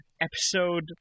Episode